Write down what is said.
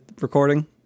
recording